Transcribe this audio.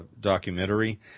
documentary